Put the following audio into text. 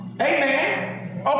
Amen